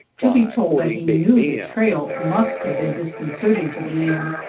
to be told that he knew the trail must have been disconcerting to the man,